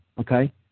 Okay